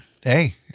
Hey